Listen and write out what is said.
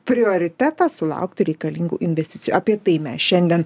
prioritetą sulaukti reikalingų investicijų apie tai mes šiandien